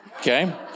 okay